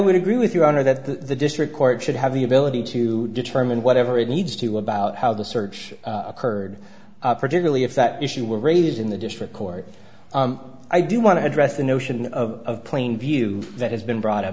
would agree with your honor that the district court should have the ability to determine whatever it needs to about how the search occurred particularly if that issue were raised in the district court i do want to address the notion of plain view that has been brought up